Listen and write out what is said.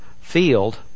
field